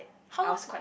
how long